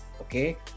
okay